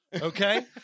Okay